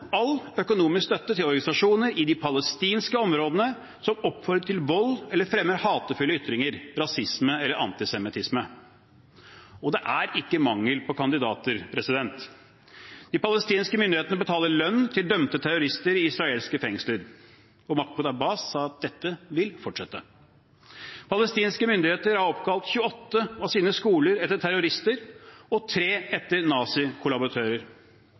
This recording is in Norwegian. all økonomisk støtte til organisasjoner i de palestinske områdene som oppfordrer til vold eller fremmer hatefulle ytringer, rasisme eller antisemittisme. Det er ikke mangel på kandidater. De palestinske myndighetene betaler lønn til dømte terrorister i israelske fengsler. Mahmoud Abbas sa at dette vil fortsette. Palestinske myndigheter har oppkalt 28 av sine skoler etter terrorister og tre etter